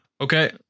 Okay